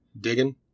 digging